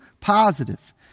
positive